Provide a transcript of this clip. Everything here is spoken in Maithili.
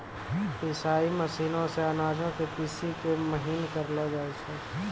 पिसाई मशीनो से अनाजो के पीसि के महीन करलो जाय छै